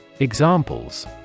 Examples